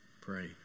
pray